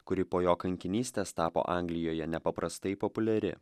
kuri po jo kankinystės tapo anglijoje nepaprastai populiari